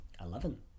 Eleven